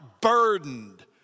burdened